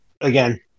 again